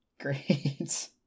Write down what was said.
great